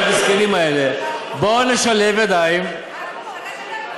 אז תעבירו אותה טרומית, תעבירו טרומית,